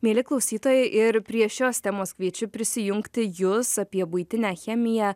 mieli klausytojai ir prie šios temos kviečiu prisijungti jus apie buitinę chemiją